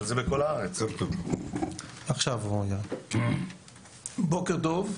בוקר טוב.